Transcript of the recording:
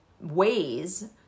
ways